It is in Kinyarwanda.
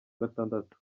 gatandatu